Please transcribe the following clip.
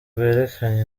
rwerekanye